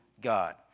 God